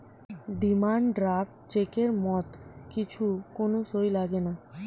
demand draft চেকের মত কিছু কোন সই লাগেনা